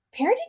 parenting